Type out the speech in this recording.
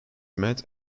met